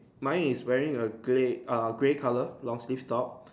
mine is wearing a grey uh grey color long sleeve top